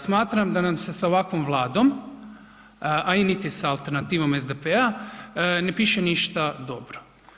Smatram da nam se s ovakvom Vladom, a niti sa alternativom SDP-a ne piše ništa dobro.